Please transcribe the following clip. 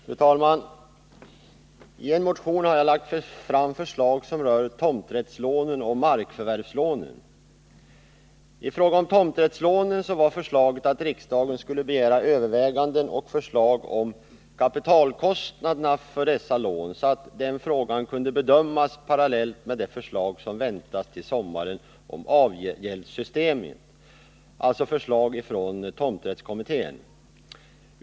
Fru talman! I en motion har jag lagt fram förslag som rör tomträttslånen och markförvärvslånen. I fråga om tomträttslånen var förslaget att riksdagen skulle begära överväganden och förslag om kapitalkostnaderna för dessa lån, så att den frågan kunde bedömas parallellt med de förslag som väntas till sommaren om avgäldssystemet — förslag från tomträttskommittén.